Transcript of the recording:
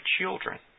children